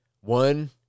One